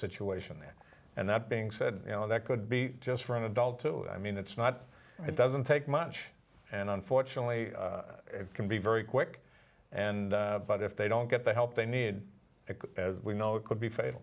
situation there and that being said you know that could be just for an adult i mean that's not it doesn't take much and unfortunately it can be very quick but if they don't get the help they need we know it could be fat